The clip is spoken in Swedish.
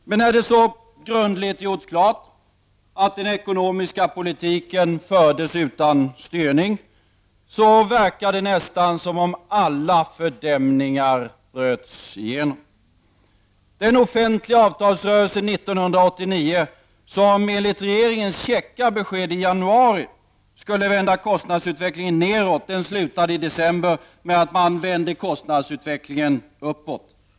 Men när det så grundligt gjorts klart att den ekonomiska politiken fördes utan styrning verkade det nästan som om alla fördämningar brutits. Den offentliga sektorns avtalsrörelse 1989 som, enligt regeringens käcka besked i januari, skulle vända kostnadsutvecklingen nedåt slutade i december med att man vände kostnadsutvecklingen uppåt.